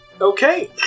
Okay